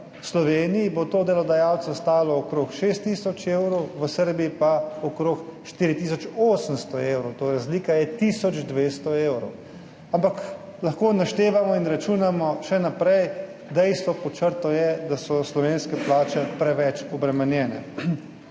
v Sloveniji, bo to delodajalce stalo okrog 6 tisoč evrov, v Srbiji pa okrog 4 tisoč 800 evrov, to razlika je tisoč 200 evrov, ampak lahko naštevamo in računamo še naprej, dejstvo pod črto je, da so slovenske plače preveč obremenjene.